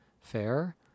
Fair